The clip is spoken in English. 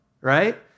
right